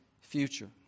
future